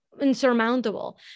insurmountable